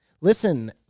listen